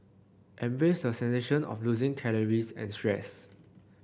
embrace the sensation of losing calories and stress